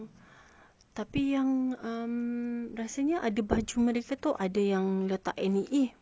tapi yang um rasanya ada baju mereka tu ada yang letak N_E_A mungkin